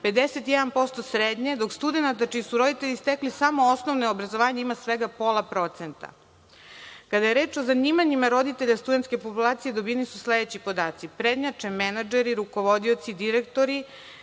51% srednje, dok studenata čiji su roditelji stekli samo osnovno obrazovanje ima svega samo pola procenta. Kada je reč o zanimanjima roditelja studentske populacije dobijeni su sledeći podaci: menadžeri, rukovodioci direktori,